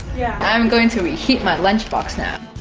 yeah. i'm going to reheat my lunchbox now